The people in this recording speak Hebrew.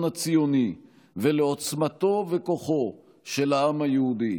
הציוני ולעוצמתו וכוחו של העם היהודי,